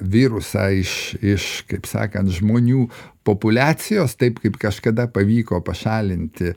virusą iš iš kaip sakant žmonių populiacijos taip kaip kažkada pavyko pašalinti